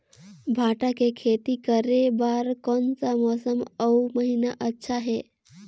भांटा के खेती करे बार कोन सा मौसम अउ महीना अच्छा हे?